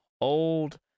old